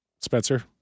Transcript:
Spencer